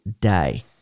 day